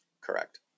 Correct